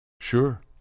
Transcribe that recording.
Sure